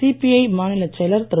CBI மாநிலச் செயலர் திரு